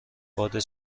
باد